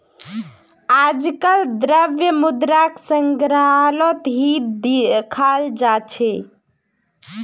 आजकल द्रव्य मुद्राक संग्रहालत ही दखाल जा छे